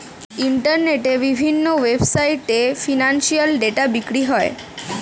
ইন্টারনেটের বিভিন্ন ওয়েবসাইটে এ ফিনান্সিয়াল ডেটা বিক্রি করে